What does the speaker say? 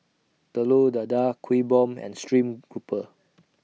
Telur Dadah Kuih Bom and Stream Grouper